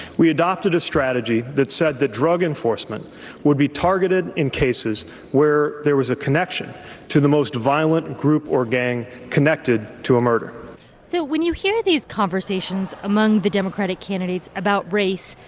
we adopted a strategy that said that drug enforcement would be targeted in cases where there was a connection to the most violent group or gang connected to a murder so when you hear these conversations among the democratic candidates about race,